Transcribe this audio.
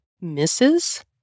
misses